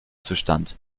zustand